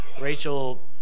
Rachel